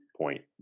point